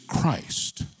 Christ